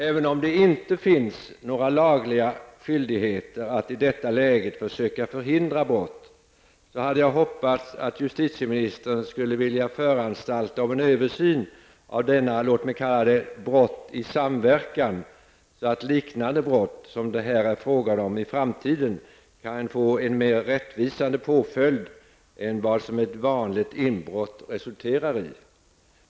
Även om det inte finns några lagliga skyldigheter att i detta läge försöka förhindra brott, hade jag hoppats att justitieministern hade velat föranstalta om en översyn av lagregleringen rörande denna typ av ''brott i samverkan'', så att brott liknande det brott det här är fråga om i framtiden kan få en mer rättvisande påföljd än vad ett inbrott resulterar i.